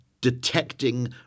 detecting